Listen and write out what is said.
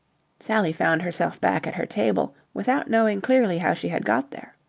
sally found herself back at her table without knowing clearly how she had got there.